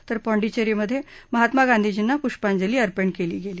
तर पाँडेचरीमध्ये महात्मा गांधीजींना पुष्पांजली अर्पण केली गेली